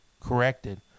corrected